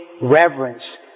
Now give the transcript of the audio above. reverence